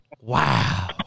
Wow